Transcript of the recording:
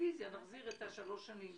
ברביזיה נחזיר את השלוש שנים.